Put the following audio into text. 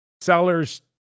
sellers